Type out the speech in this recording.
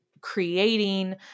creating